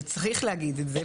וצריך להגיד את זה,